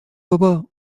بابا